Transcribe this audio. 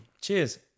Cheers